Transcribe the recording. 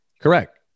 Correct